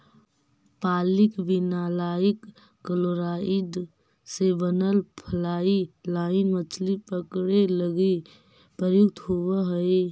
polyvinyl chloride से बनल fly line मछली पकडे लगी प्रयुक्त होवऽ हई